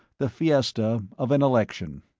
the fiesta, of an election.